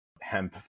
hemp